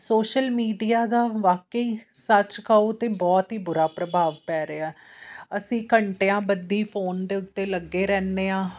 social media ਦਾ ਵਾਕਿਆ ਹੀ ਸੱਚ ਕਹੋ ਤਾਂ ਬਹੁਤ ਹੀ ਬੁਰਾ ਪ੍ਰਭਾਵ ਪੈ ਰਿਹਾ ਅਸੀਂ ਘੰਟਿਆਂ ਬੱਧੀ ਫੋਨ ਦੇ ਉੱਤੇ ਲੱਗੇ ਰਹਿੰਦੇ ਹਾਂ